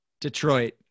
Detroit